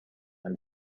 and